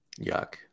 Yuck